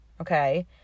Okay